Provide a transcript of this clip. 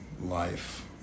life